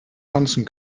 tanzen